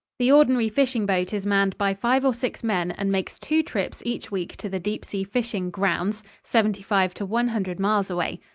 the ordinary fishing boat is manned by five or six men and makes two trips each week to the deep-sea fishing grounds, seventy-five to one hundred miles away.